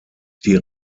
die